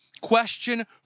question